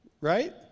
Right